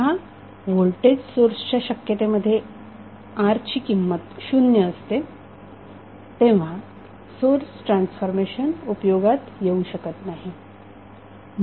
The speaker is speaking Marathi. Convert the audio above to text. जेव्हा व्होल्टेज सोर्सच्या शक्यते मध्ये R ची किंमत शून्य असते तेव्हा सोर्स ट्रान्सफॉर्मेशन उपयोगात येऊ शकत नाही